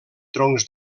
troncs